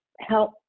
Help